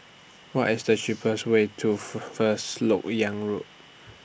What IS The cheapest Way to First Lok Yang Road